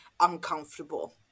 uncomfortable